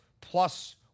plus